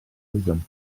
oeddem